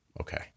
Okay